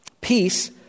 Peace